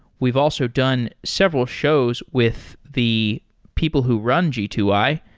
we've also done several shows with the people who run g two i,